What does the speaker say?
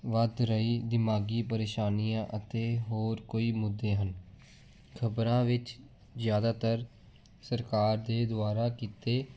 ਵੱਧ ਰਹੀ ਦਿਮਾਗੀ ਪਰੇਸ਼ਾਨੀਆਂ ਅਤੇ ਹੋਰ ਕੋਈ ਮੁੱਦੇ ਹਨ ਖਬਰਾਂ ਵਿੱਚ ਜ਼ਿਆਦਾਤਰ ਸਰਕਾਰ ਦੇ ਦੁਆਰਾ ਕੀਤੇ